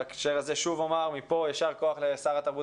בהקשר הזה שוב אומר מפה יישר כוח לשר התרבות